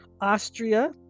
Austria